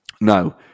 No